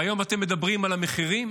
והיום אתם מדברים על המחירים?